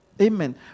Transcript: Amen